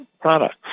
products